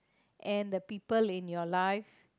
and the people in your life